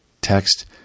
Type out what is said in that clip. text